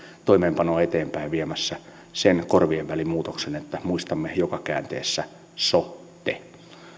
toimeenpanoa eteenpäinviemässä sen korvienvälimuutoksen että muistamme joka käänteessä so te